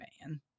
man